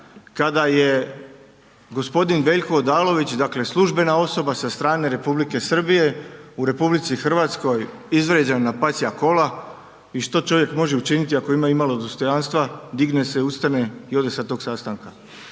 kada je g. Veljko Odalović, dakle službena osoba sa strane Republike Srbije u RH izvrijeđan na pasja kola i što čovjek može učiniti ako ima imalo dostojanstva? Digne se, ustane i ode sa tog sastanka.